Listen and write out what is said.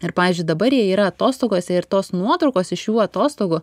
ir pavyzdžiui dabar jie yra atostogose ir tos nuotraukos iš jų atostogų